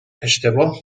اشتباه